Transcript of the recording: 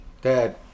Dad